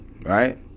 Right